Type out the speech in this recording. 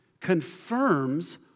confirms